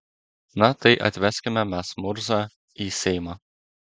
na tai atveskime mes murzą į seimą